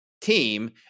team